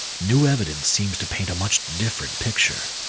new evidence seems to paint a much different picture.